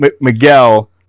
Miguel